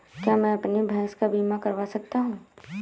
क्या मैं अपनी भैंस का बीमा करवा सकता हूँ?